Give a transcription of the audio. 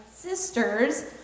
sisters